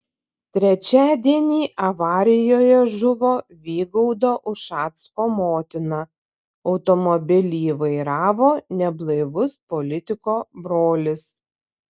trečiadienį avarijoje žuvo vygaudo ušacko motina automobilį vairavo neblaivus politiko brolis